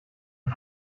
een